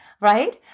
Right